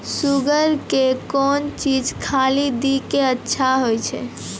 Sugar के कौन चीज खाली दी कि अच्छा हुए?